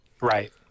right